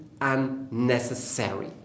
unnecessary